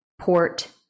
port